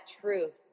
truth